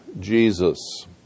Jesus